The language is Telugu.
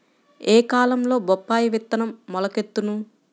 ఏ కాలంలో బొప్పాయి విత్తనం మొలకెత్తును?